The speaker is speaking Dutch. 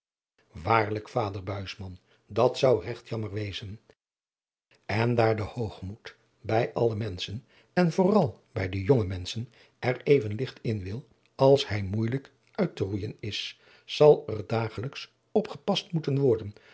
waarlijk vader buisman dat zou regt jammer wezen en daar de hoogmoed bij alle menschen en vooral bij den jongen mensch er even ligt in wil als hij moeijelijk uit te rooijen is zal er dagelijks opgepast moeten worden